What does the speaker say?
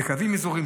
בקווים אזורים,